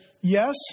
yes